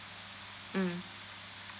mm